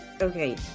okay